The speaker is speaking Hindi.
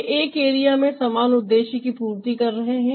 वे एक एरिया में समान उद्देश्य की पूर्ति कर रहे हैं